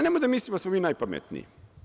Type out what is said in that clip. Nemojmo da mislimo da smo mi najpametniji.